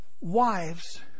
wives